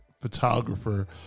photographer